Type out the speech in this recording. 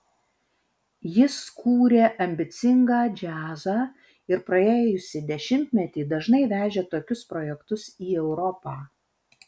jis kūrė ambicingą džiazą ir praėjusį dešimtmetį dažnai vežė tokius projektus į europą